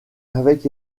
avec